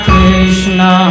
Krishna